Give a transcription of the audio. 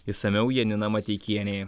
išsamiau janina mateikienė